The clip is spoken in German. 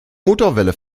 motorwelle